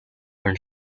and